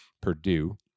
Purdue